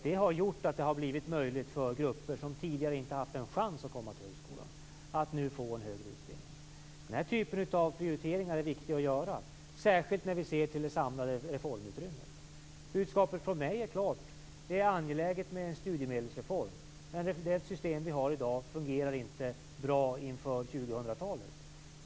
Det har gjort att det har blivit möjligt för grupper som tidigare inte haft en chans att komma till högskolan att nu få en högre utbildning. Den typen av prioriteringar är viktiga att göra, särskilt när vi ser till det samlade resursutrymmet. Budskapet från mig är klart: Det är angeläget med en studiemedelsreform. Det system vi har i dag fungerar inte bra inför 2000-talet.